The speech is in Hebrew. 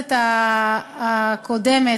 ובכנסת הקודמת,